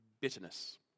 bitterness